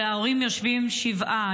וההורים יושבים שבעה.